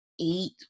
eight